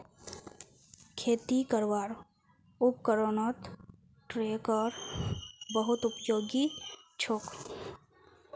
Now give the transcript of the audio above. खेती करवार उपकरनत ट्रेक्टर बहुत उपयोगी छोक